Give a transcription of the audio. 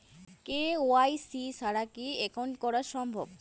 KYC ছাড়া কি account করা সম্ভব?